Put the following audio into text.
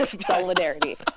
Solidarity